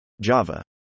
Java